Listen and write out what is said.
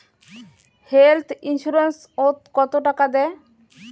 Health insurance ওত কত টাকা দেয়?